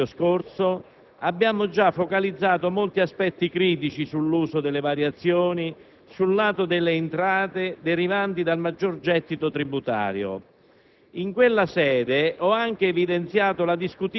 Con il decreto-legge n. 81, approvato nel luglio scorso, abbiamo già focalizzato molti aspetti critici sull'uso delle variazioni sul lato delle entrate derivanti dal maggiore gettito tributario.